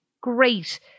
great